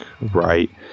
right